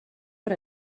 per